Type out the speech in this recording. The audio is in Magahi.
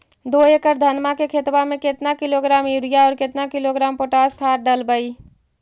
दो एकड़ धनमा के खेतबा में केतना किलोग्राम युरिया और केतना किलोग्राम पोटास खाद डलबई?